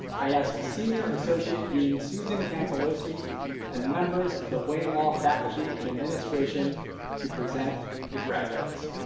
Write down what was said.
i ask senior associate dean susan cancelosi and members of the wayne law faculty and administration to present the graduates.